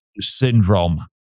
Syndrome